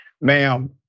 Ma'am